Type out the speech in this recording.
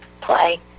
play